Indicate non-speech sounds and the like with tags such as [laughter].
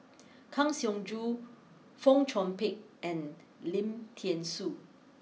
[noise] Kang Siong Joo Fong Chong Pik and Lim Thean Soo